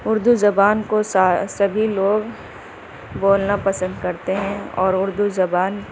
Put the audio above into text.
اردو زبان کو سبھی لوگ بولنا پسند کرتے ہیں اور اردو زبان